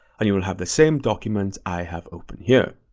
and you will have the same document i have opened here.